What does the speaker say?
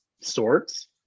sorts